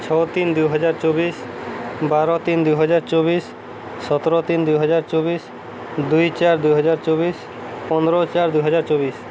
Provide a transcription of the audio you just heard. ଛଅ ତିନି ଦୁଇହଜାର ଚବିଶ ବାର ତିନି ଦୁଇହଜାର ଚବିଶ ସତର ତିନି ଦୁଇହଜାର ଚବିଶ ଦୁଇ ଚାରି ଦୁଇହଜାର ଚବିଶ ପନ୍ଦର ଚାରି ଦୁହଜାର ଚବିଶ